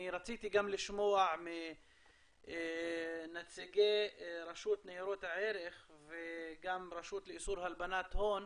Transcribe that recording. רציתי גם לשמוע מנציגי רשות ניירות הערך וגם הרשות לאיסור הלבנת הון,